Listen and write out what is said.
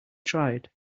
tried